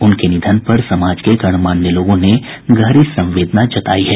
उनके निधन पर समाज के गणमान्य लोगों ने गहरी संवेदना जतायी है